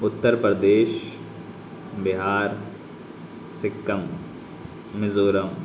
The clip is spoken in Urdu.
اتر پردیش بہار سکم میزورم